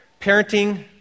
Parenting